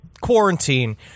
quarantine